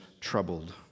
troubled